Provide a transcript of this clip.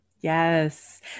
Yes